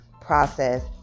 process